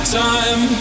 time